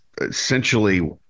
essentially